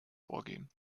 vorgehen